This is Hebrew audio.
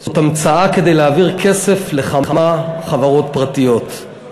זאת המצאה כדי להעביר כסף לכמה חברות פרטיות.